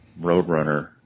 Roadrunner